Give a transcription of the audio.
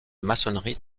maçonnerie